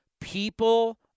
people